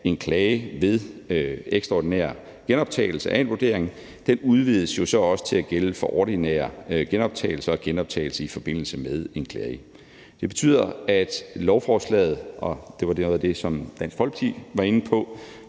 en klage ved ekstraordinær genoptagelse af en vurdering, udvides til også at gælde for ordinære genoptagelser og genoptagelse i forbindelse med en klage. Det betyder, at lovforslaget, og det var noget af det, som Dansk Folkeparti var inde på,